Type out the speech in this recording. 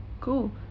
cool